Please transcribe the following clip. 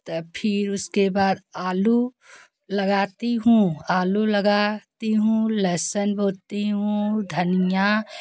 तब फिर उसके बाद आलू लगाती हूँ आलू लगाती हूँ लहसुन बोती हूँ धनिया